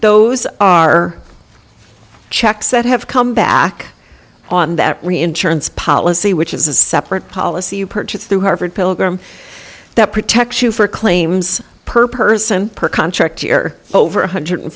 those are checks that have come back on that reinsurance policy which is a separate policy you purchased through harvard pilgrim that protects you for claims per person per contract year over one hundred and